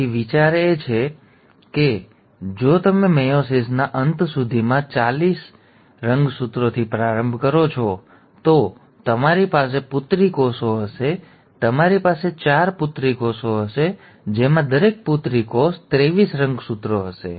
તેથી વિચાર એ છે કે જો તમે મેયોસિસના અંત સુધીમાં ચાલીસ છ રંગસૂત્રોથી પ્રારંભ કરો છો તો તમારી પાસે પુત્રી કોષો હશે તમારી પાસે ચાર પુત્રી કોષો હશે જેમાં દરેક પુત્રી કોષ ત્રેવીસ રંગસૂત્રો હશે